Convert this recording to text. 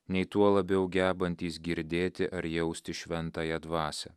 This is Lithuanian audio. nei tuo labiau gebantys girdėti ar jausti šventąją dvasią